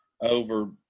over